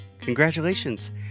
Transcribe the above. congratulations